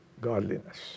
godliness